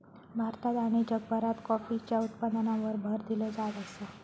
भारतात आणि जगभरात कॉफीच्या उत्पादनावर भर दिलो जात आसा